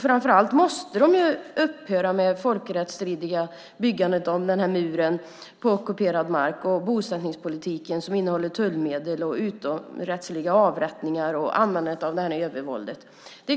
Framför allt måste de upphöra med det folkrättsstridiga byggandet av muren på ockuperad mark, liksom med bosättningspolitiken, innehållande av tullmedel, utomrättsliga avrättningar och användandet av övervåld.